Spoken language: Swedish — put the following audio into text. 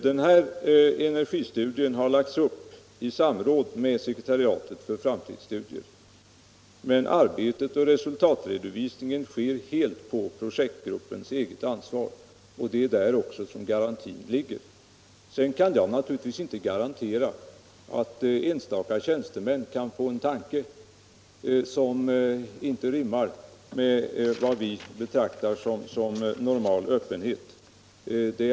Den aktuella energistudien har lagts upp i samråd med sekretariatet för framtidsstudier, men arbetet och resultatredovisningen sker helt på projektgruppens eget ansvar. Det är också där som garantin ligger. Sedan kan jag naturligtvis inte garantera att inte enstaka tjänstemän kan få en tanke som inte rimmar med vad vi betraktar som normal öppenhet.